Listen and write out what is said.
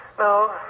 No